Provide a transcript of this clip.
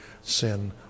sin